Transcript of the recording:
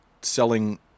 selling